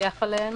לפקח עליהן.